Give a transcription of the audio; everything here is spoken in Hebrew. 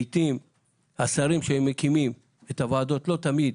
לעיתים השרים שהם מקימים את הוועדות לא תמיד